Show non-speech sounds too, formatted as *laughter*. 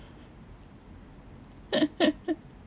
*laughs*